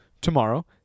tomorrow